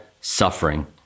suffering